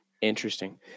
Interesting